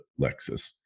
Lexus